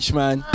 man